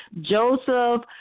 Joseph